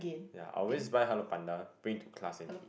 ya I always buy Hello Panda bring to class and eat